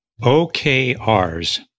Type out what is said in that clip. OKRs